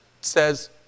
says